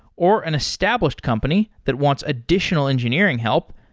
or an established company that wants additional engineering help,